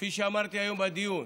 כפי שאמרתי היום בדיון,